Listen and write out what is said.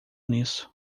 nisso